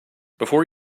before